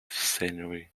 scenery